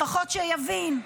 לפחות שיבין.